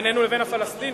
בינינו לבין הפלסטינים,